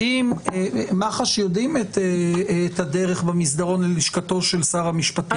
מח"ש יודעים את הדרך במסדרון ללשכתו של שר המשפטים,